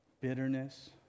bitterness